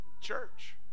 church